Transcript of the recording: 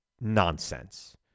nonsense